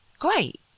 great